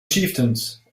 chieftains